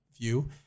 view